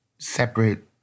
separate